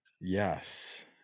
yes